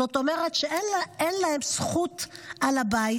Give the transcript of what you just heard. זאת אומרת שאין להם זכות על הבית,